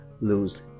lose